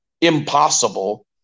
impossible